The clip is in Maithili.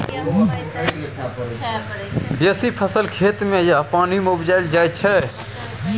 बेसी फसल खेत मे या पानि मे उपजाएल जाइ छै